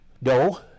No